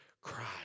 cry